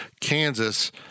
Kansas